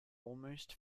almost